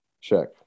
Check